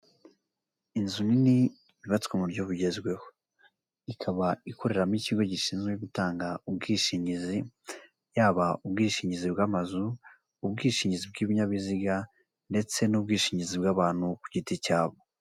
Inzu nini yubatswe mu buryo bugezweho; ikaba ikoreramo ikigo gishinzwe gutanga ubwishingizi, yaba ubwishingizi bw'amazu, ubwishingizi bw'ibinyabiziga ndetse n'ubwishingizi bw'abantu ku giti cyabo.